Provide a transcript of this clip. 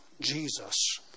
Jesus